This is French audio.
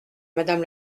madame